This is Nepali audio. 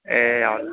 ए हजुर